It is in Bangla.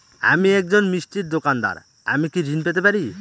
আমি একজন মিষ্টির দোকাদার আমি কি ঋণ পেতে পারি?